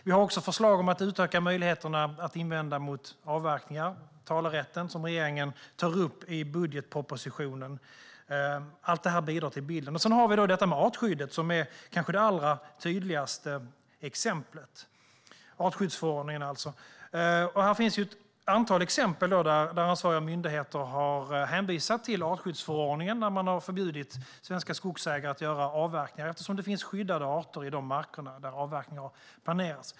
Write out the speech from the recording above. Vi har också förslag om att utöka möjligheterna att invända mot avverkningar - talerätten som regeringen tar upp i budgetpropositionen. Allt detta bidrar till bilden. Sedan har vi artskyddet, som kanske är det allra tydligaste exemplet. Det gäller alltså artskyddsförordningen. Det finns ett antal exempel där ansvariga myndigheter har hänvisat till artskyddsförordningen när de har förbjudit svenska skogsägare att göra avverkningar eftersom det finns skyddade arter i de marker där avverkning planeras.